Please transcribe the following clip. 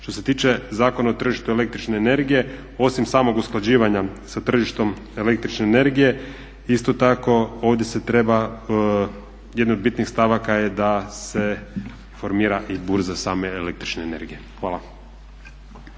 Što se tiče Zakona o tržištu električne energije osim samog usklađivanja sa tržištem električne energije isto tako ovdje se treba, jedna od bitnijih stavaka je da se formira i burza same električne energije. Hvala.